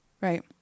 right